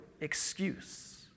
excuse